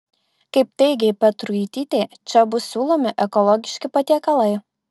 kaip teigė petruitytė čia bus siūlomi ekologiški patiekalai